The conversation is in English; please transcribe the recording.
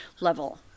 level